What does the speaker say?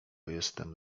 jestem